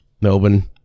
Melbourne